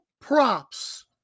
props